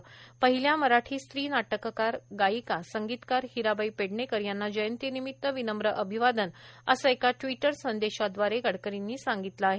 पहिल्या मराठी स्त्री नाटककार गायिका संगीतकार हिराबाई पेडणेकर यांना जयंतीनिमित्त विनम्र अभिवादन असे एका ट्वीट संदेशाद्वारे गडकरीनी सांगितलं आहे